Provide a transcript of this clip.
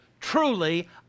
truly